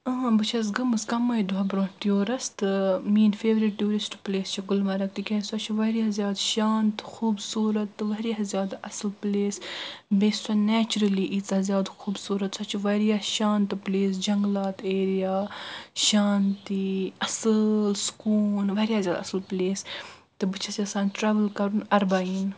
بہٕ چھس گٔمٕژ کمٕے دوہ برٛونہہ ٹیوٗرَس تہٕ میٛٲنۍ فیورٹ ٹوٗرِسٹ پٕلیس چھِ گُلمرگ تہِ کیٛاز سۄ چھ واریاہ زیادٕ شانٛت خوٗبصوٗرت تہِ واریاہ زیادٕ اصٕل پٕلیس بیٚیہِ چھِ سُہ نیچرٔلی ییٖژا ذیادٕ خوٗبصوٗرت سُہ چھِ واریاہ شانٛت پٕلیس جنگلات ایریا شانٛتی اصٕل سُکوٗن واریاہ زیادٕ اصٕل پٕلیس تہٕ بہٕ چھَس یژھان ٹرٛیوٕل کَرُن عربَعیٖن